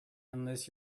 unless